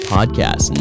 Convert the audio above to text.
Podcast